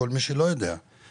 כאן לכל מי שלא יודע שבינתיים,